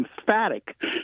emphatic